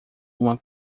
uma